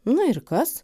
na ir kas